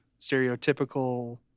stereotypical